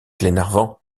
glenarvan